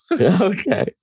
Okay